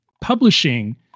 publishing